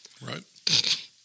right